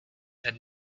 had